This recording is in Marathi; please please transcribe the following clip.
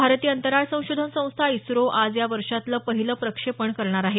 भारतीय अंतराळ संशोधन संस्था इस्रो आज या वर्षातलं पहिलं प्रक्षेपण करणार आहे